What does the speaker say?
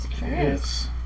Yes